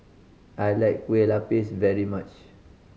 I like Kueh Lapis very much